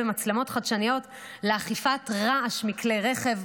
במצלמות חדשניות לאכיפת רעש מכלי רכב,